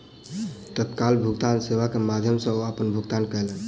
तत्काल भुगतान सेवा के माध्यम सॅ ओ अपन भुगतान कयलैन